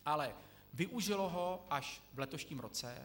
Ale využilo ho až v letošním roce.